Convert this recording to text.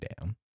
down